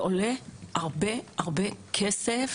אבל זה עולה הרבה מאוד כסף,